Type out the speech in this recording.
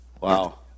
Wow